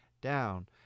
down